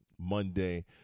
Monday